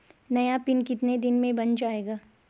नया पिन कितने दिन में बन जायेगा?